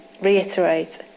reiterate